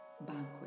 banquet